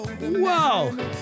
Wow